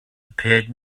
appeared